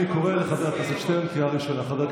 אתה בקריאה ראשונה, שנייה, שלישית.